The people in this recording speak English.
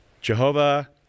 Jehovah